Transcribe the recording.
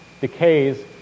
decays